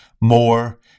more